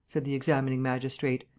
said the examining-magistrate,